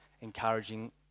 encouraging